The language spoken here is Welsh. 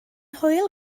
hwyl